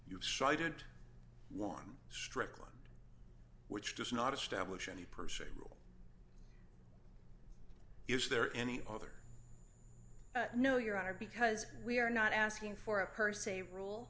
want strickland which does not establish any per se rule is there any other no your honor because we are not asking for a per se rule